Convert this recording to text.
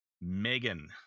Megan